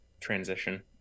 transition